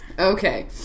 okay